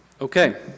Okay